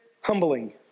humbling